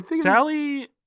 Sally